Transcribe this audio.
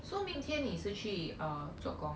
so 明天你是去 uh 做工啊